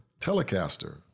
Telecaster